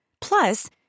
Plus